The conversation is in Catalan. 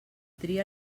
tria